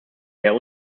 der